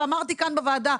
ואמרתי כאן בוועדה,